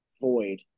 void